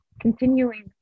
continuing